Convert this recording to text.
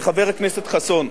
לחבר הכנסת חסון: